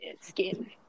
skin